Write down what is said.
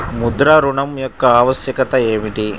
ముద్ర ఋణం యొక్క ఆవశ్యకత ఏమిటీ?